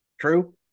True